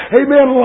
amen